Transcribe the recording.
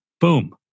Boom